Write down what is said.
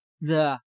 the—